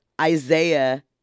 Isaiah